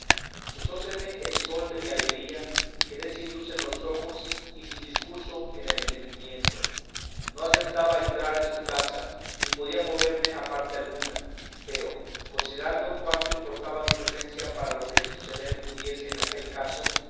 mi tristeza púsoseme el sol de mi alegría quedé sin luz en los ojos y sin discurso en el entendimiento no acertaba a entrar en su casa ni podía moverme a parte alguna pero considerando cuánto importaba mi presencia para lo que suceder pudiese en aquel caso